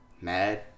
Mad